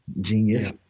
genius